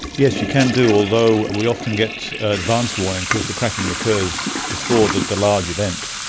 yes, you can do, although we often get advance warning, because the cracking occurs before the the large event.